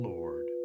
Lord